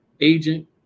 agent